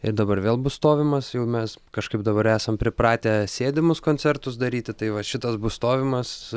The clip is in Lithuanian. ir dabar vėl bus stovimas jau mes kažkaip dabar esam pripratę sėdimus koncertus daryti tai va šitas bus stovimas